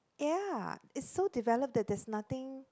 ya is so developed that there's nothing